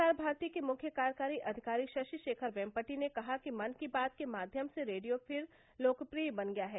प्रसार भारती के मुख्य कार्यकारी अधिकारी शशि शेखर वेमपटि ने कहा कि मन की बात के माध्यम से रेडियो फिर लोकप्रिय बन गया है